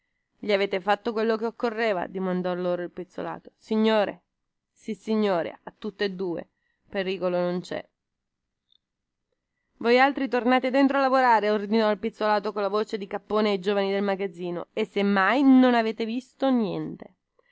gli avete fatto quello che occorreva domandò loro il pizzolato sissignore a tutti e due pericolo non ce nè voialtri tornate dentro a lavorare ordinò il pizzolato colla voce di cappone ai giovani del magazzino e se mai non avete visto niente